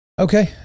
Okay